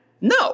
No